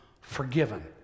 forgiven